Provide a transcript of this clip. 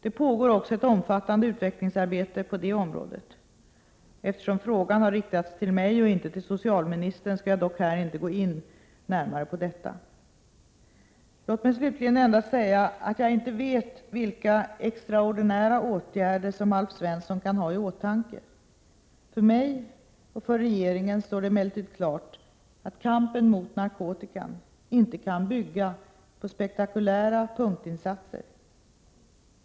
Det pågår också ett omfattande utvecklingsarbete på det området. Eftersom frågan har riktats till mig och inte till socialministern skall jag dock här inte gå in närmare på detta. Låt mig slutligen endast säga att jag inte vet vilka ”extraordinära” åtgärder som Alf Svensson kan ha i åtanke. För mig och för regeringen står det emellertid klart att kampen mot narkotikan inte kan bygga på spektakulära — Prot. 1987/88:65 punktinsatser.